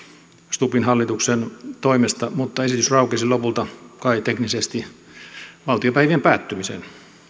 stubbin hallituksen toimesta mutta esitys raukesi lopulta kai teknisesti valtiopäivien päättymiseen